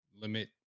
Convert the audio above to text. limit